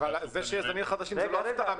אבל זה שיש זנים חדשים זו לא הפתעה מבחינתכם.